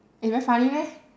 eh very funny meh